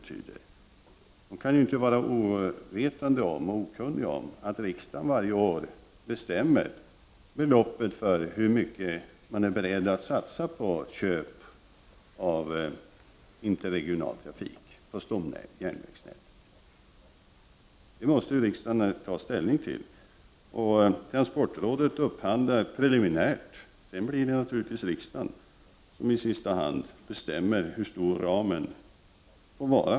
Hon kan inte vara okunnig om att riksdagen varje år bestämmer det belopp som man är villig att satsa på köp av interregional trafik på stomjärnvägsnätet. Det måste riksdagen ta ställning till. Transportrådet upphandlar preliminärt, och sedan är det naturligtvis riksdagen som i sista hand bestämmer hur stor ramen får vara.